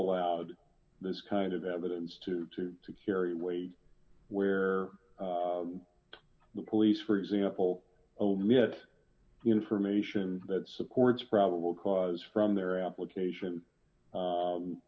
allowed this kind of evidence to to carry weight where the police for example omit information that supports probable cause from their application